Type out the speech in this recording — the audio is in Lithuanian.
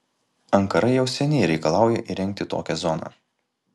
ankara jau seniai reikalauja įrengti tokią zoną